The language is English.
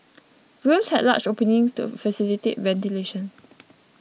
rooms had large openings to facilitate ventilation